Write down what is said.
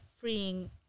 freeing